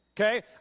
Okay